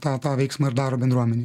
tą tą veiksmą ir daro bendruomenėj